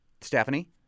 Stephanie